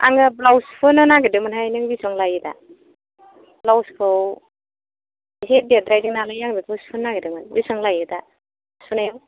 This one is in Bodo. आङो ब्लाउस सुहोनो नागिरदोंमोनहाय नों बेसेबां लायो दा ब्लाउस खौ एसे देरद्रायदोंनालाय आं बेखौ सुहोनो नागेरदोंमोन बेसेबां लायो दा सुनायाव